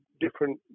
different